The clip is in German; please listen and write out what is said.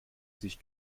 sich